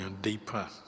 deeper